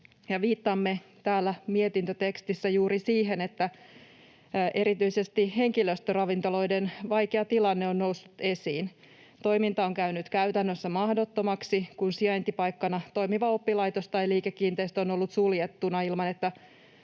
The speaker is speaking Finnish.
viittaamme täällä mietintötekstissä juuri siihen, että erityisesti henkilöstöravintoloiden vaikea tilanne on noussut esiin. Toiminta on käynyt käytännössä mahdottomaksi, kun sijaintipaikkana toimiva oppilaitos tai liikekiinteistö on ollut suljettuna ilman, että